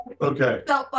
Okay